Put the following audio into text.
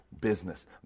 business